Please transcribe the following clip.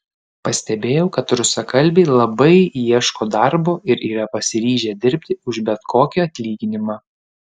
pastebėjau kad rusakalbiai labai ieško darbo ir yra pasiryžę dirbti už bet kokį atlyginimą